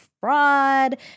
fraud